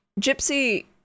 Gypsy